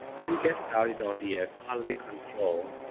to get started on the ah quality control,